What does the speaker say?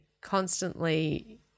constantly